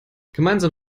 gemeinsam